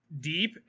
deep